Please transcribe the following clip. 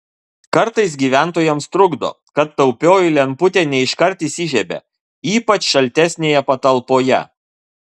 kartais gyventojams trukdo kad taupioji lemputė ne iškart įsižiebia ypač šaltesnėje patalpoje